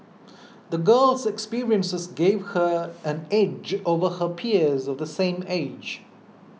the girl's experiences gave her an edge over her peers of the same age